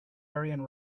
ariane